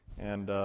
and.